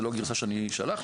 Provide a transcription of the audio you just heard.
זו לא הגרסה שאני שלחתי,